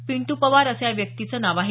पिंटू पवार असं या व्यक्तीचं नाव आहे